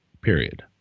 period